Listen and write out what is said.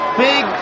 big